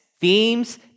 themes